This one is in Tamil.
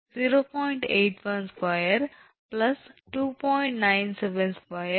81 2 2